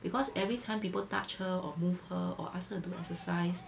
because everytime people touch her or move her or ask her do exercise